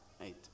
eight